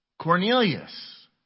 Cornelius